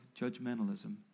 judgmentalism